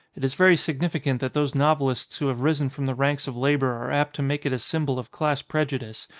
it is very sig nificant that those novelists who have risen from the ranks of labour are apt to make it a symbol of class prejudice,